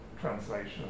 translation